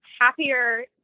happier